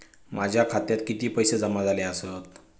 माझ्या खात्यात किती पैसे जमा झाले आसत?